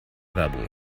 werbung